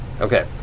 Okay